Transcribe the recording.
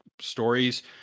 stories